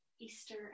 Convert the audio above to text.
Easter